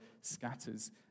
scatters